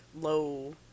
low